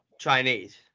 Chinese